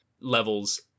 levels